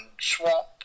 swamp